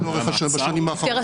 התקופה הולכת ומתקצרת בשנים האחרונות.